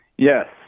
Yes